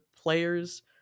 players